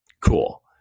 Cool